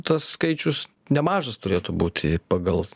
tas skaičius nemažas turėtų būti pagal